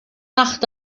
nacht